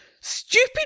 Stupid